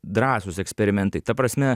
drąsūs eksperimentai ta prasme